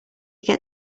get